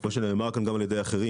כפי שנאמר כאן גם על ידי אחרים,